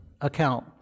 account